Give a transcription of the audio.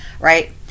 right